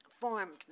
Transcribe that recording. formed